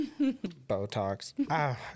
Botox